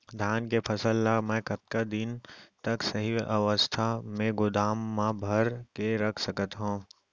धान के फसल ला मै कतका दिन तक सही अवस्था में गोदाम मा भर के रख सकत हव?